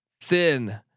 thin